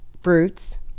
fruits